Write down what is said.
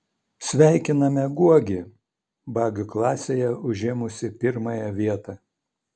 sveikiname guogį bagių klasėje užėmusį pirmąją vietą